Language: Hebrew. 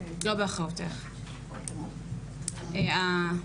אני מבינה.